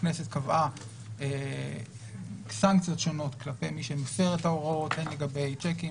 הכנסת קבעה סנקציות שונות כלפי מי מפר את ההוראות הן לגבי צ'קים,